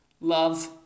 love